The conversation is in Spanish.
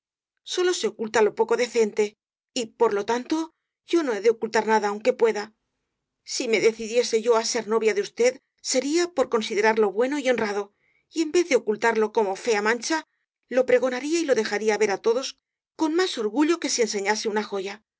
sólo se oculta lo po co decente y por lo tanto yo no he de ocultar na da aunque pueda si me decidiese yo á ser novia de usted sería por considerarlo bueno y honrado y en vez de ocultarlo como fea mancha lo prego naría y lo dejaría ver á todos con más orgullo que si enseñase una joya